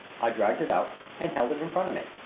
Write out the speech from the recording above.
i dragged it out and held it in front of me.